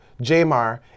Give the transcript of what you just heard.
Jamar